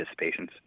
participations